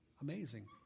Amazing